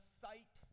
sight